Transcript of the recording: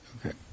Okay